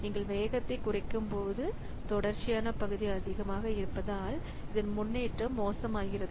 நீங்கள் வேகத்தை குறைக்கும்போது தொடர்ச்சியான பகுதி அதிகமாக இருப்பதால் இதன் முன்னேற்றம் மோசமாகிறது